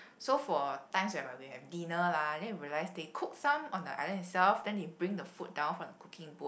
so for times while we have dinner lah then we realize they cook some on the island itself then they bring the food down from the cooking boat